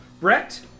Brett